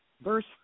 verse